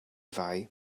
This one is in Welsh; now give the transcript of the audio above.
fai